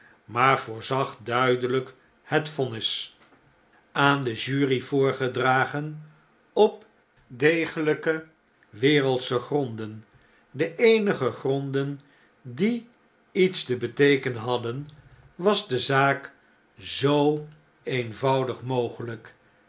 maar voorzag duideiyk het vonnis aan de jury voorgedragen opdegelpe wereldschegronden de eenige gronden die iets te beteekenen hadden was de zaak zoo eenvoudig mogelijk